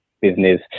business